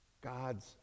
God's